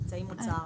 נמצאים האוצר,